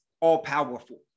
all-powerful